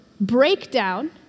breakdown